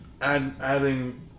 adding